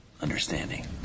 understanding